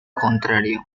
contrario